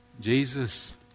Jesus